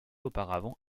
auparavant